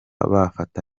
babafata